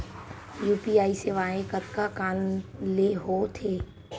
UPI सेवाएं कतका कान ले हो थे?